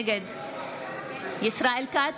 נגד ישראל כץ,